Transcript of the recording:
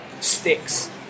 sticks